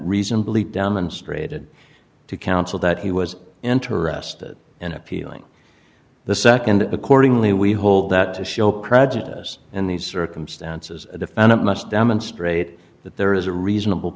reasonably demonstrated to counsel that he was interested in appealing the nd accordingly we hold out to show prejudice in these circumstances a defendant much demonstrate that there is a reasonable